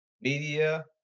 media